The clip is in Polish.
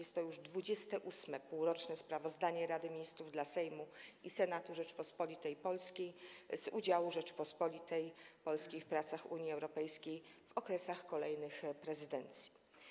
Jest to już 28. półroczne sprawozdanie Rady Ministrów dla Sejmu i Senatu Rzeczypospolitej Polskiej z udziału Rzeczypospolitej Polskiej w pracach Unii Europejskiej w okresach kolejnych prezydencji.